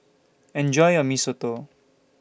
Enjoy your Mee Soto